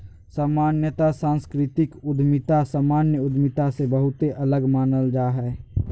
सामान्यत सांस्कृतिक उद्यमिता सामान्य उद्यमिता से बहुते अलग मानल जा हय